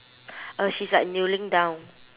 uh she's like kneeling down